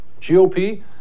GOP